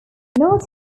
not